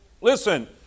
Listen